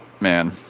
Man